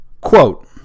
quote